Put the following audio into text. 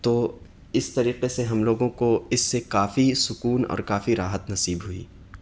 تو اس طریقے سے ہم لوگوں کو اس سے کافی سکون اور کافی راحت نصیب ہوئی